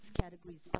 categories